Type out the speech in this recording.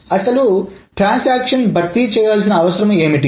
అసలు ట్రాన్సాక్షన్ భర్తీ చేయాల్సిన అవసరం ఏంటి